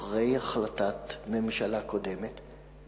אחרי החלטת ממשלה קודמת,